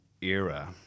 era